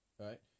right